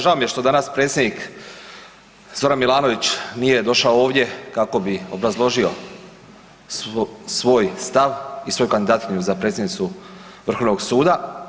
Žao mi je što danas predsjednik Zoran Milanović nije došao ovdje kako bi obrazložio svoj stav i svoju kandidatkinju za predsjednicu Vrhovnog suda.